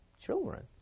children